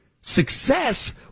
Success